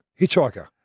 hitchhiker